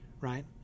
right